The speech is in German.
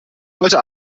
heute